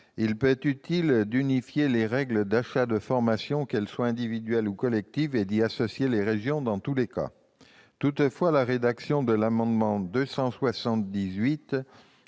Il peut être utile d'unifier les règles d'achat de formations, qu'elles soient individuelles ou collectives, et d'associer les régions dans tous les cas. Toutefois, la rédaction de l'amendement n°